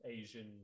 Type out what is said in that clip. Asian